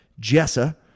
Jessa